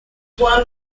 one